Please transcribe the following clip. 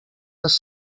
les